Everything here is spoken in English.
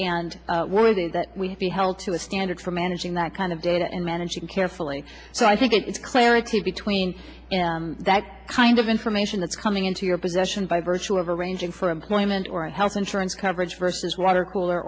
that we be held to a standard for managing that kind of data and managing carefully so i think it's clarity between that kind of information that's coming into your possession by virtue of arranging for employment or health insurance coverage versus water cooler